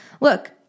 Look